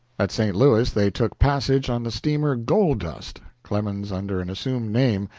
at st. louis they took passage on the steamer gold dust clemens under an assumed name,